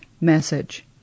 message